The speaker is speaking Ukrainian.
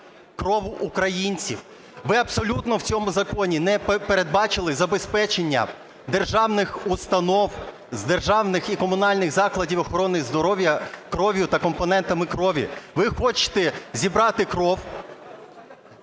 кров українців. Ви абсолютно в цьому законі не передбачили забезпечення державних установ, державних і комунальних закладів охорони здоров'я кров'ю та компонентами крові. Ви хочете зібрати кров